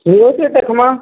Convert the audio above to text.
ଠିକ୍ ଅଛି ଦେଖିବା